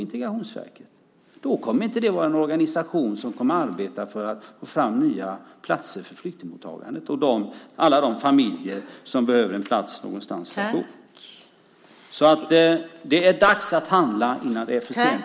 Det kommer inte att vara en organisation som kommer att arbeta för att få fram nya platser för flyktingmottagandet, till alla de familjer som behöver någonstans att bo. Det är dags att handla innan det är för sent.